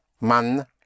man